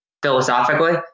philosophically